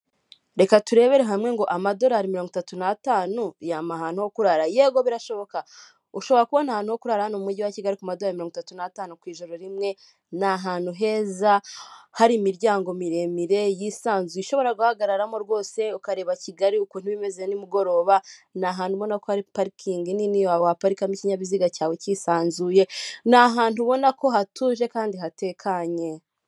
Reka turebere hamwe ngo amadorari mirongo itatu natanu yampa ahantu ho kurara? yego birashoboka kubona ahantu ho kura hano mu mujyi wa Kigali ku madorari mirongo itatu n'atanu ku ijoro rimwe, ni ahantu heza hari imiryango miremire yisanzuye ushobora guhagararamo rwose ukareba Kigali ukuntu iba imeze nimugoroba. Ni ahantu ubona ko hari parikingi nini waparika ikinkinyabiziga cyawe cyisanzuye, ni ahantu ubona ko hatuje kandi hatekanye.